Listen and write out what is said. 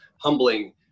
humbling